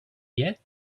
yet